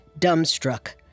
dumbstruck